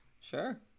Sure